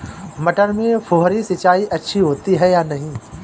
मटर में फुहरी सिंचाई अच्छी होती है या नहीं?